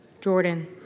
Jordan